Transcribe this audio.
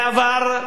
בעבר,